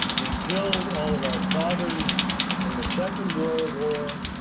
we killed all of our fathers in the second world war.